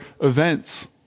events